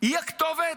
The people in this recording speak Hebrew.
היא הכתובת?